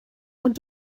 ond